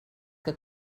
que